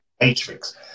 matrix